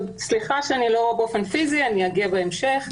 סליחה שאני לא נמצאת פיזית, אני אגיע בהמשך.